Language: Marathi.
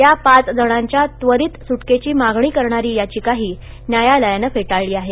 या पाच जणां या व रत सुटकेची मागणी करणारी याचिकाही यायालयानं फेदाळली आहे